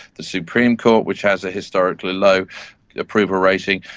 the supreme court which has a historically low approval rating,